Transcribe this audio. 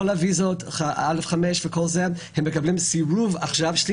כל הוויזות א5 מקבלים סירוב עכשיו.